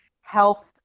health